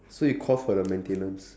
so you call for the maintenance